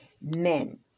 men